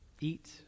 eat